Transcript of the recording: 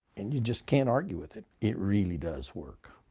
and you just can't argue with it. it really does work.